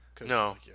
No